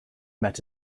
met